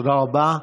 תודה רבה.